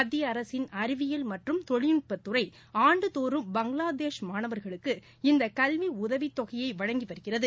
மத்திய அரசின் அறிவியல் மற்றும் தொழில்நுட்பதுறை ஆண்டுதோறும் பங்களாதேஷ் மாணவா்களுக்கு இந்த கல்வி உதவித்தொகையை வழங்கி வருகிறது